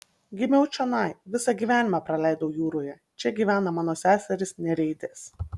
gimiau čionai visą gyvenimą praleidau jūroje čia gyvena mano seserys nereidės